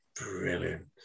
brilliant